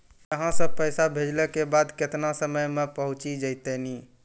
यहां सा पैसा भेजलो के बाद केतना समय मे पहुंच जैतीन?